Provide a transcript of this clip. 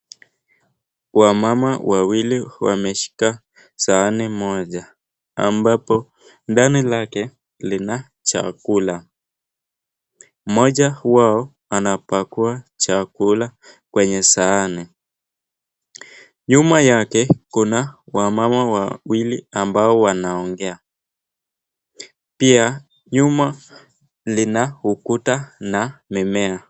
Wamama wawili wameshika sahani moja ambapo ndani lake lina chakula mmoja huwa anapakua chakula, kwenye sahani. Nyuma yake kuna wamama wawili, ambao wanaongea. Pia nyuma lina ukuta na mimea.